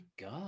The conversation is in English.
God